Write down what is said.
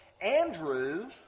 Andrew